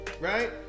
Right